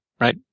Right